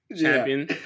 champion